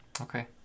Okay